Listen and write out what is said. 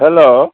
hello